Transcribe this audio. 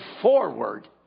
forward